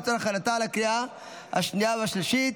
לצורך הכנתה לקריאה השנייה והשלישית.